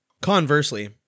Conversely